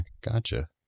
gotcha